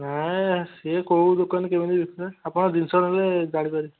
ନାଇ ନାଇ ସେ କୋଉ ଦୋକାନ କେମତି ବିକୁଛନ୍ତି ଆପଣ ଜିନିଷ ନେଲେ ଜାଣିପାରିବେ